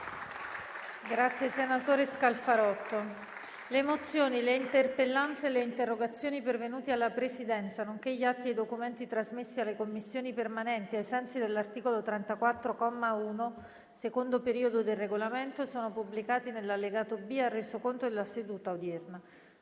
apre una nuova finestra"). Le mozioni, le interpellanze e le interrogazioni pervenute alla Presidenza, nonché gli atti e i documenti trasmessi alle Commissioni permanenti ai sensi dell'articolo 34, comma 1, secondo periodo, del Regolamento sono pubblicati nell'allegato B al Resoconto della seduta odierna.